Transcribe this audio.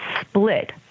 split